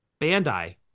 Bandai